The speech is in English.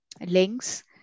links